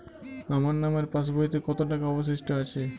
আমার নামের পাসবইতে কত টাকা অবশিষ্ট আছে?